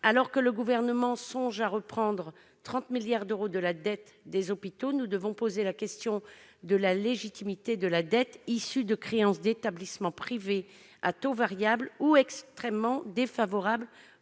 Alors que le Gouvernement songe à reprendre 30 milliards d'euros de la dette des hôpitaux, nous devons poser la question de la légitimité de la dette, issue de créances d'établissements privés à taux variables ou extrêmement défavorables